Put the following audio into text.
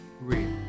real